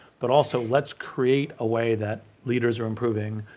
but also let's create a way that leaders are improving,